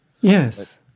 Yes